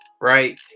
right